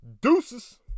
deuces